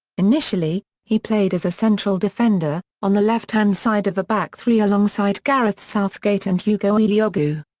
initially, he played as a central defender, on the left-hand side of a back three alongside gareth southgate and ugo ehiogu.